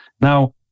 Now